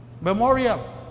Memorial